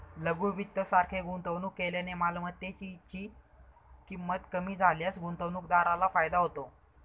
लघु वित्त सारखे गुंतवणूक केल्याने मालमत्तेची ची किंमत कमी झाल्यास गुंतवणूकदाराला फायदा होतो